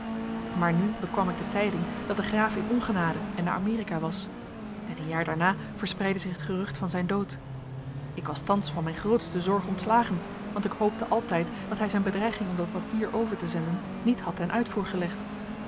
maar nu bekwam ik de tijding dat de graaf in ongenade en naar amerika was en een jaar daarna verspreidde zich het gerucht van zijn dood ik was thans van mijn grootste zorg ontslagen want ik hoopte altijd dat hij zijn bedreiging om dat papier over te zenden niet had ten uitvoer gelegd